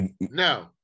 No